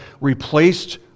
replaced